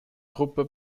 gruppe